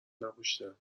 نپوشیدم